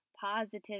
positive